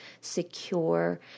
secure